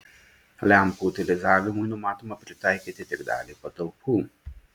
lempų utilizavimui numatoma pritaikyti tik dalį patalpų